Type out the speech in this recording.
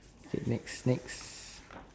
okay next next